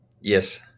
Yes